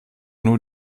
nur